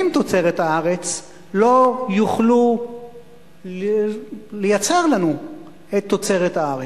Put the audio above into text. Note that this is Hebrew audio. לתוצרת הארץ לא יוכלו לייצר לנו את תוצרת הארץ.